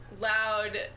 Loud